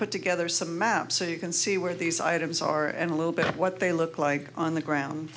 put together some map so you can see where these items are and a little bit of what they look like on the ground